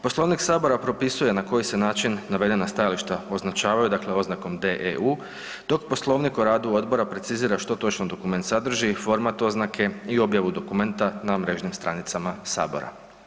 Poslovnik Sabora propisuje na koji se način navedena stajališta označavaju, dakle oznakom DEU, dok Poslovnik o radu Odbora precizira što točno dokument sadrži, format oznake i objavu dokumenta na mrežnim stranicama Sabora.